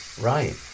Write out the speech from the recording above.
right